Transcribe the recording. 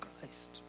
Christ